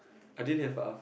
I didn't have R-five